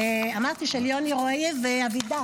אמרתי, של יוני רועה ואבידן.